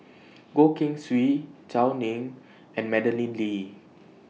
Goh Keng Swee Gao Ning and Madeleine Lee